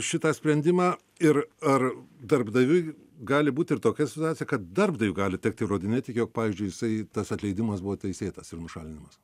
šitą sprendimą ir ar darbdaviui gali būti ir tokia situacija kad darbdaviui gali tekt įrodinėti jog pavyzdžiui jisai tas atleidimas buvo teisėtas ir nušalinimas